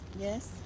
Yes